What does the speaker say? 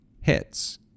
hits